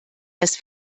das